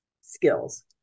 skills